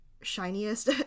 shiniest